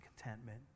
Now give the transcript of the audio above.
contentment